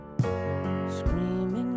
Screaming